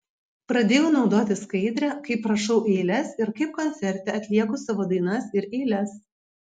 pradėjau naudoti skaidrę kaip rašau eiles ir kaip koncerte atlieku savo dainas ir eiles